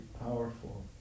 powerful